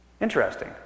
Interesting